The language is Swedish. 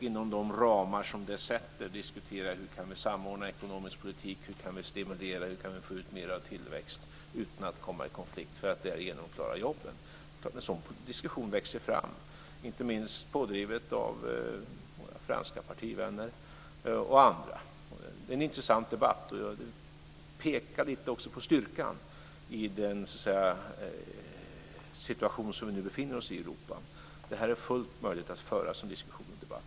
Inom de ramar som det sätter kan vi diskutera hur vi kan samordna ekonomisk politik och få ut mera av tillväxt för att därigenom klara jobben. En sådan diskussion växer fram, inte minst pådriven av våra franska partivänner men även av andra. Det är en intressant debatt, som lite pekar på styrkan i den situation som vi nu befinner oss i i Europa. Det är fullt möjligt att föra en sådan debatt.